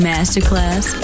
Masterclass